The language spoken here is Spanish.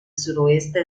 suroeste